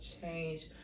change